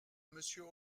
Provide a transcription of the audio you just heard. monsieur